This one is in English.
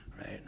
right